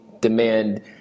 demand